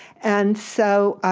and so